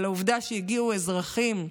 על העובדה שהגיעו אזרחים,